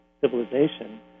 civilization